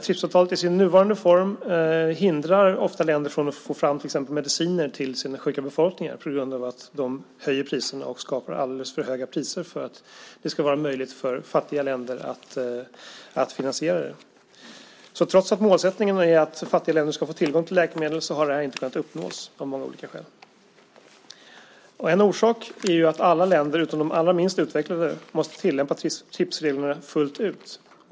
TRIPS-avtalet i sin nuvarande form hindrar ofta länder från att få fram till exempel mediciner till sina sjuka befolkningar på grund av att man skapar alldeles för höga priser för att det ska vara möjligt för fattiga länder att finansiera detta. Trots att målsättningen är att fattiga länder ska få tillgång till läkemedel har det inte kunnat uppnås av många olika skäl. En orsak är att alla länder utom de allra minst utvecklade måste tillämpa TRIPS-reglerna fullt ut.